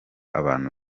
abantu